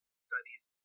studies